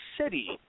City